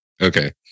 Okay